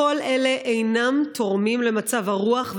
כל אלה אינם תורמים למצב הרוח,